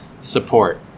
support